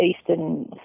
eastern